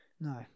No